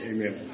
Amen